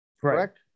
Correct